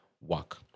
work